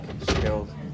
skilled